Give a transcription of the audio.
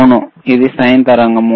అవును ఇది సైన్ తరంగం